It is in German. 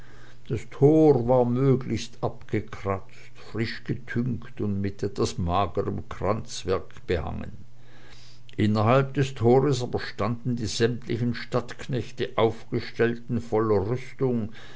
das tor war möglichst abgekratzt frisch übertünkt und mit etwas magerm kranzwerk behangen innerhalb des tores aber standen die sämtlichen stadtknechte aufgestellt in voller rüstung